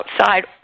outside